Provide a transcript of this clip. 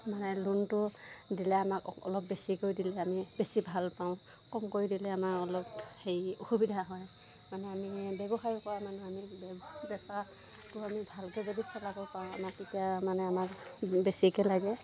মানে লোনটো দিলে আমাক অ অলপ বেছিকৈ দিলে আমি বেছি ভাল পাওঁ কমকৈ দিলে আমাৰ অলপ হেৰি অসুবিধা হয় মানে আমি ব্যৱসায় কৰা মানুহ আমি বেপাৰটো যদি ভালকৈ চলাব পাৰোঁ আমাৰ তেতিয়া মানে আমাৰ বেছিকৈ লাগে